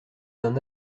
d’un